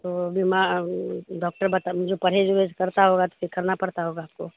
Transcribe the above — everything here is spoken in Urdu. تو بیما ڈاکٹر بتا جو پرہیز ورہیز کرتا ہوگا تو پھر کرنا پڑتا ہوگا آپ کو